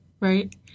Right